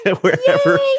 wherever